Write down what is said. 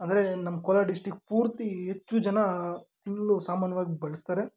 ಅಂದರೆ ನಮ್ಮ ಕೋಲಾರ ಡಿಸ್ಟ್ರಿಕ್ ಪೂರ್ತಿ ಹೆಚ್ಚು ಜನ ತಿನ್ನಲು ಸಾಮಾನ್ಯವಾಗಿ ಬಳಸ್ತಾರೆ